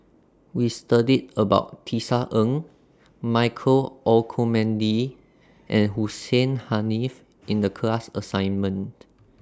We studied about Tisa Ng Michael Olcomendy and Hussein Haniff in The class assignment